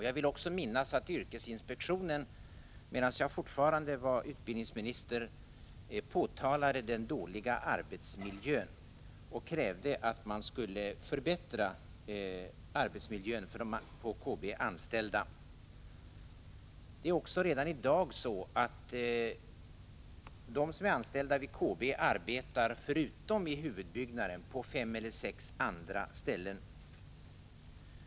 Jag vill också minnas att yrkesinspektionen medan jag fortfarande var utbildningsminister påtalade den dåliga arbetsmiljön för de anställda på KB och krävde att man skulle förbättra denna. Redan i dag arbetar de som är anställda i KB förutom i huvudbyggnaden på fem eller sex andra ställen.